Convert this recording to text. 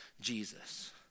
Jesus